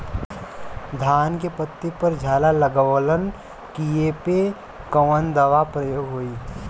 धान के पत्ती पर झाला लगववलन कियेपे कवन दवा प्रयोग होई?